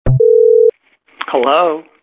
Hello